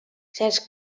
certs